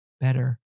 better